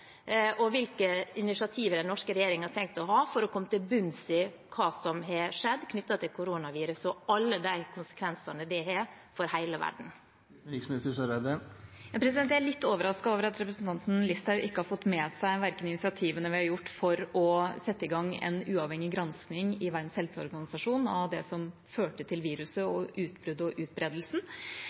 og hvilke initiativ har den norske regjeringen tenkt å ta for å komme til bunns i hva som har skjedd knyttet til koronaviruset og alle de konsekvensene det har for hele verden? Jeg er litt overrasket over at representanten Listhaug ikke har fått med seg initiativene vi har tatt for å sette i gang en uavhengig gransking i Verdens helseorganisasjon av det som førte til viruset, utbruddet og utbredelsen, og